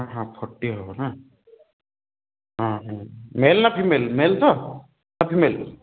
ହଁ ଫର୍ଟି ହେବ ନା ହଁ ହଁ ମେଲ୍ ନା ଫିମେଲ୍ ମେଲ୍ ତ ନା ଫିମେଲ୍